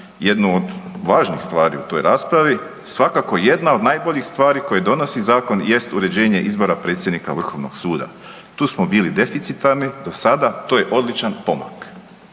jednu od važnijih stvari u toj raspravi, svakako jedna od najboljih stvari koje donosi zakon jest uređenje izbora predsjednika Vrhovnog suda. Tu smo bili deficitarni do sada, to je odličan pomak.